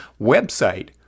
website